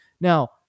Now